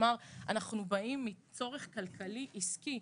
אנחנו באים מצורך כלכלי עסקי.